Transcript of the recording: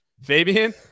Fabian